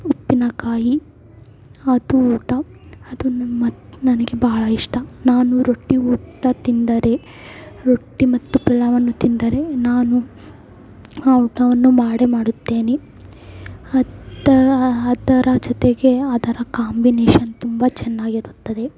ಉಪ್ಪಿನಕಾಯಿ ಅದು ಊಟ ಅದೂ ಮತ್ತು ನನಗೆ ಬಹಳ ಇಷ್ಟ ನಾನು ರೊಟ್ಟಿ ಊಟ ತಿಂದರೆ ರೊಟ್ಟಿ ಮತ್ತು ಪಲ್ಯವನ್ನು ತಿಂದರೆ ನಾನು ಊಟವನ್ನು ಮಾಡೇ ಮಾಡುತ್ತೇನೆ ಮತ್ತು ಅದರ ಜೊತೆಗೆ ಆ ಥರ ಕಾಂಬಿನೇಷನ್ ತುಂಬ ಚೆನ್ನಾಗಿರುತ್ತದೆ